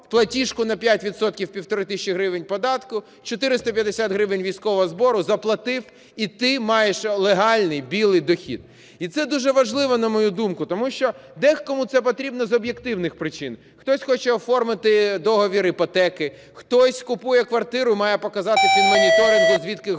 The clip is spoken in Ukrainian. платіжку на 5 відсотків, – 1,5 тисячі податку, 450 гривень – військового збору заплатив, і ти маєш легальний "білий" дохід. І це дуже важливо, на мою думку. Тому що декому це потрібно з об'єктивних причин: хтось хоче оформити договір іпотеки, хтось купує квартиру, має показати фінмоніторингу звідки гроші,